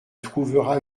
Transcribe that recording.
trouveras